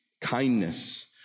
kindness